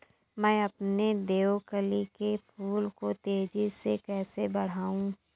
मैं अपने देवकली के फूल को तेजी से कैसे बढाऊं?